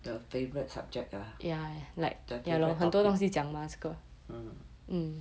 the favourite subject ah the favourite topic mmhmm